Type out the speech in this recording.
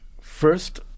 First